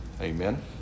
Amen